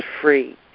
free